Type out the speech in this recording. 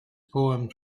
poems